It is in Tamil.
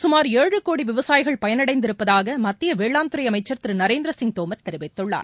சுமார் கோடிவிசாயிகள் பயனடைந்திருப்பதாகமத்தியவேளாண்துறைஅமைச்சர் திருநரேந்திரசிங் தோமர் தெரிவித்துள்ளார்